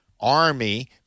army